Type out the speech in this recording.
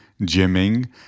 gymming